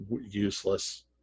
useless